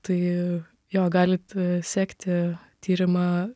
tai jo galit sekti tyrimą